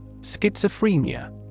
Schizophrenia